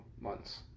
months